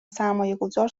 سرمایهگذار